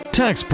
tax